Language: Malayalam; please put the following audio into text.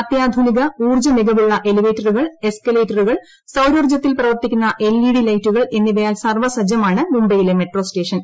അത്യാധുനിക ഊർജ മികവുളള എലിവേറ്ററുകൾ എസ്കലേറ്ററുകൾ സൌരോർജത്തിൽ പ്രവർത്തിക്കുന്ന എൽ ഇ ഡി ലെറ്റുകൾ എന്നിവയാൽ സർവ്വസജ്ജമാണ് മുംബൈയിലെ മെട്രോസ്റ്റേഷൻ